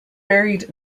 buried